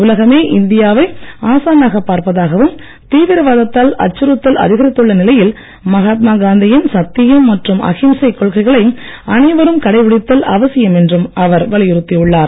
உலகமே இந்தியா வை ஆசானாகப் பார்ப்பதாகவும் தீவிரவாதத்தால் அச்சுறுத்தல் அதிகரித்துள்ள நிலையில் மகாத்மா காந்தியின் சத்தியம் மற்றும் அஹிம்சை கொள்கைகளை அனைவரும் கடைப்பிடித்தல் அவசியம் என்றும் அவர் வலியுறுத்தியுள்ளார்